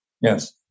Yes